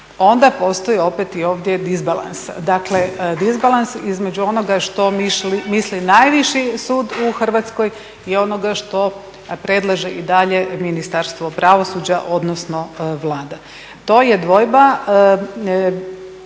onda postoji opet i ovdje disbalans. Dakle, disbalans između onoga što misli najviši sud u Hrvatskoj i onoga što predlaže i dalje ministarstvo pravosuđa, odnosno Vlada. To je dvojba